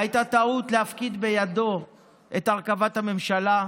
הייתה טעות להפקיד בידיו את הרכבת הממשלה,